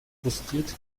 frustriert